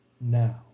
now